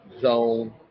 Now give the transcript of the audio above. zone